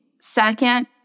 Second